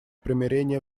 примирения